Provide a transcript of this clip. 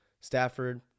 Stafford